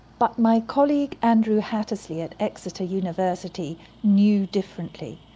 but my colleague andrew hattersley at exeter university knew differently,